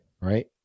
Right